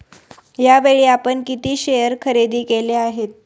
यावेळी आपण किती शेअर खरेदी केले आहेत?